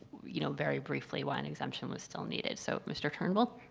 you know, very briefly why an exemption was still needed. so mr. turnbull?